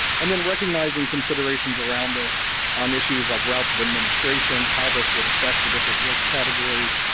and then recognizing considerations around this on issues like routes of administration, how this would affect the different risk categories,